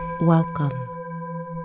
Welcome